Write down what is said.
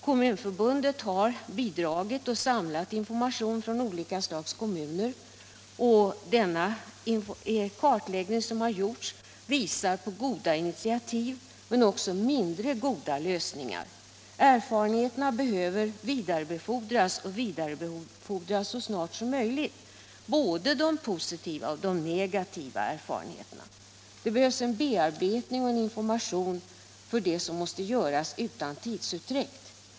Kommunförbundet har bidragit och samlat information från olika slags kommuner, och den kartläggning som gjorts visar på goda initiativ men också på mindre goda lösningar. Erfarenheterna behöver vidarebefordras så snart som möjligt — både de positiva och de negativa erfarenheterna. Det behövs en bearbetning och en information beträffande det som måste göras utan tidsutdräkt.